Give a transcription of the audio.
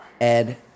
Ed